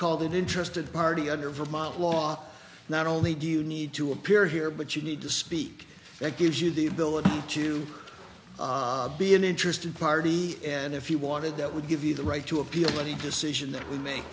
called an interested party under vermont law not only do you need to appear here but you need to speak it gives you the ability to be an interested party and if you wanted that would give you the right to appeal but a decision that w